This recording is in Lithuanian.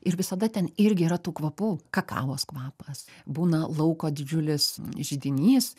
ir visada ten irgi yra tų kvapų kakavos kvapas būna lauko didžiulis židinys